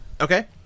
Okay